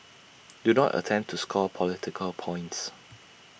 do not attempt to score political points